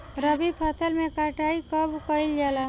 रबी फसल मे कटाई कब कइल जाला?